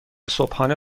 صبحانه